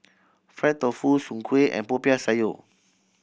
fried tofu Soon Kueh and Popiah Sayur